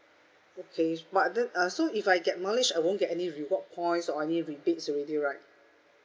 okay but then uh so if I get mileage I won't get any reward points or any rebates already right